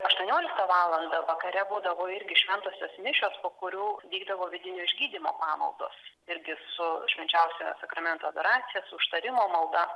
aštuonioliktą valandą vakare būdavo irgi šventosios mišios po kurių vykdavo vidinio išgydymo pamaldos irgi su švenčiausiojo sakramento adoracija užtarimo malda